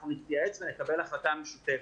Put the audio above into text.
אנחנו נתייעץ ונקבל החלטה משותפת.